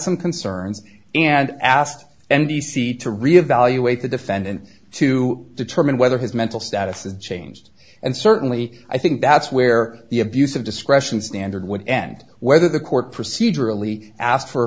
some concerns and asked n b c to re evaluate the defendant to determine whether his mental status is changed and certainly i think that's where the abuse of discretion standard would end whether the court procedurally asked for